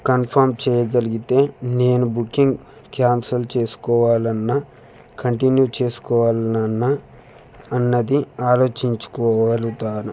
confirm చేయగలిగితే నేను booking cancel చేసుకోవాలన్న కంటిన్యూ చేసుకోవాలన్న అన్నది ఆలోచించుకో గలుగుతాను